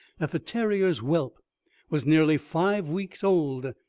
that the terrier's whelp was nearly five weeks old,